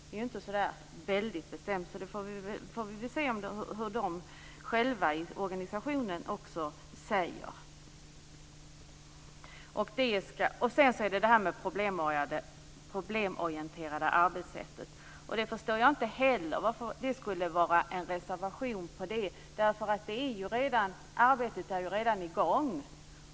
Det är inte så väldigt bestämt, så vi får väl se vad man i organisationen själv säger. Sedan är det detta med det problemorienterade arbetssättet. Jag förstår inte varför det är en reservation om det, därför att arbetet är ju redan i gång.